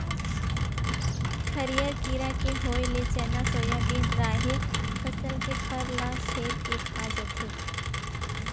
हरियर कीरा के होय ले चना, सोयाबिन, राहेर फसल के फर ल छेंद के खा जाथे